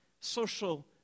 social